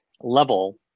level